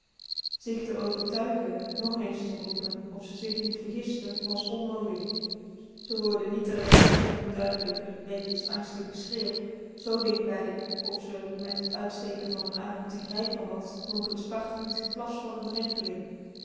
zich te overtuigen nog eens te roepen of ze zich niet vergiste was onnodig ze hoorde niet alleen kermend duidelijker betje's angstig geschreeuw zoo dichtbij of ze r met t uitsteken van n arm te grijpen had klonk t spartlend geplas van de drenkeling